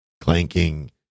clanking